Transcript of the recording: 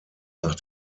nach